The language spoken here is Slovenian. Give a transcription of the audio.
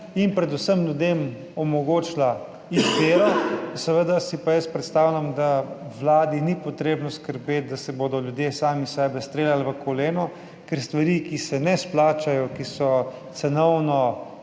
in predvsem ljudem omogočila izbiro. Seveda si pa jaz predstavljam, da vladi ni treba skrbeti, da bodo ljudje sami sebe streljali v koleno, ker za stvari, ki se ne izplačajo, ki so cenovno